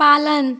पालन